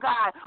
God